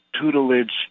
tutelage